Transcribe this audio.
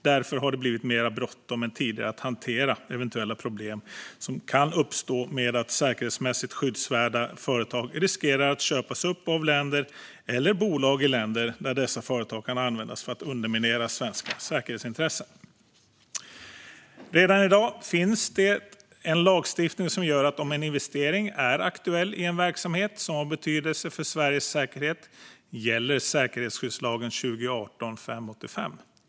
Därför har det blivit mer bråttom än tidigare att hantera eventuella problem som kan uppstå med att säkerhetsmässigt skyddsvärda företag riskerar att köpas upp av länder eller bolag i länder där dessa företag kan användas för att underminera svenska säkerhetsintressen. Redan i dag finns det en lagstiftning som gör att om en investering är aktuell i en verksamhet som har betydelse för Sveriges säkerhet gäller säkerhetsskyddslagen 2018:585.